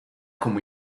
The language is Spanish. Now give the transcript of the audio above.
como